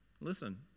Listen